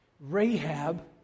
Rahab